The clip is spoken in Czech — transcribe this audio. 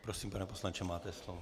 Prosím, pane poslanče, máte slovo.